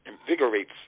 invigorates